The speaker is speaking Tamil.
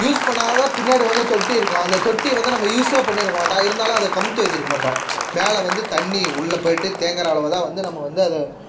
யூஸ் பண்ணாத பின்னாடி வந்து தொட்டி இருக்கும் அந்த தொட்டியை வந்து நம்ம யூஸே பண்ணியிருக்க மாட்டோம் இருந்தாலும் கவித்து வச்சுருக்க மாட்டோம் மேலே வந்து தண்ணி உள்ளே போய்விட்டு தேங்கிற அளவுதான் வந்து நம்ம அதை